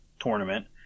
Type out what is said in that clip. tournament